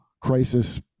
crisis